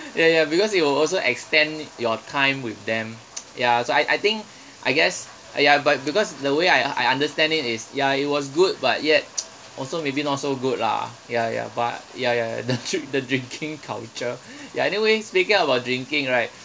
ya ya because it will also extend your time with them ya so I I think I guess ah ya but because the way I I understand it is ya it was good but yet also maybe not so good lah ya ya but ya ya ya the dri~ the drinking culture ya anyway speaking about drinking right